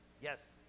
Yes